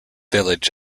village